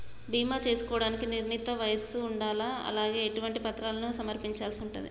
బీమా చేసుకోవడానికి నిర్ణీత వయస్సు ఉండాలా? అలాగే ఎటువంటి పత్రాలను సమర్పించాల్సి ఉంటది?